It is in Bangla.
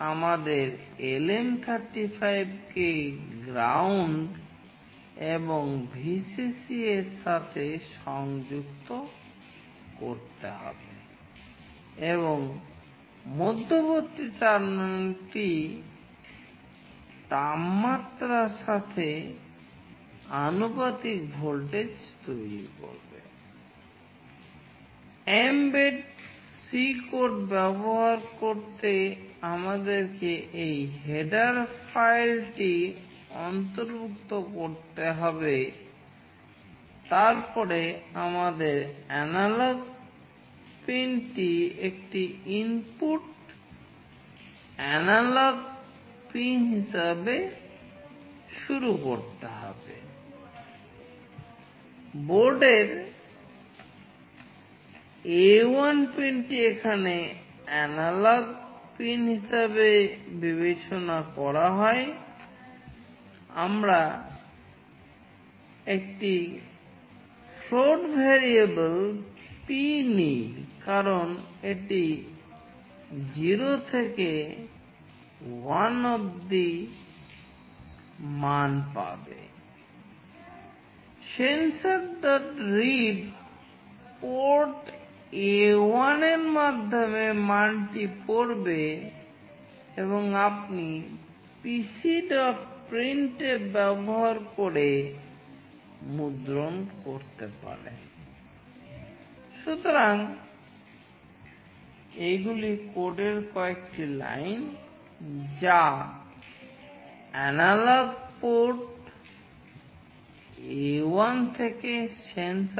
আমরা কীভাবে অ্যানালগ A1 থেকে সেন্সর মানটি পড়তে প্রয়োজন হবে